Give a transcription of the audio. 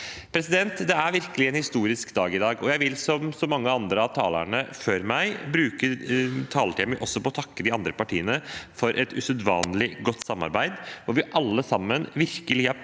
freden. Det er virkelig en historisk dag i dag, og jeg vil, som så mange av talerne før meg, også bruke taletiden min på å takke de andre partiene for et usedvanlig godt samarbeid, hvor vi alle sammen virkelig har prøvd